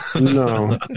No